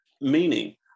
meaning